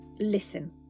Listen